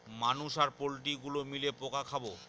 মানুষ আর পোল্ট্রি গুলো মিলে পোকা খাবো